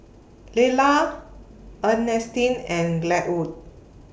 Laylah Earnestine and Glenwood